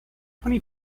twenty